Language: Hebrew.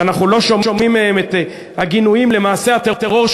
ואנחנו לא שומעים מהם את הגינויים למעשי הטרור,